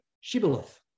shibboleth